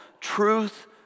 Truth